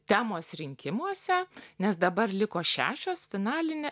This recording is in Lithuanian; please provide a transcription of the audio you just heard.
temos rinkimuose nes dabar liko šešios finalinė